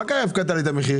למה הפקעת את המחיר?